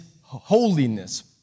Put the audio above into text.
holiness